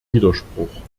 widerspruch